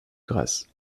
grâce